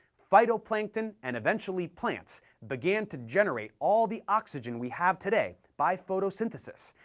phytoplankton and eventually plants began to generate all the oxygen we have today by photosynthesis,